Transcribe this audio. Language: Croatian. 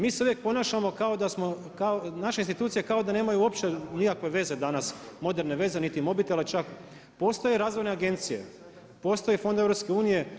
Mi se uvijek ponašamo kao da smo, naše institucije kao da nemaju uopće nikakve veze, moderne veze, niti mobitela čak, postoje razvojne agencije, postoje fondovi EU.